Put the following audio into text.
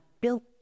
built